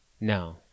No